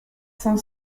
cinq